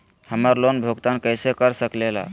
हम्मर लोन भुगतान कैसे कर सके ला?